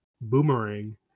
Boomerang